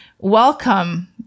welcome